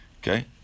Okay